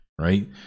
Right